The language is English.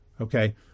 Okay